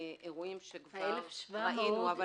אירועים שראינו.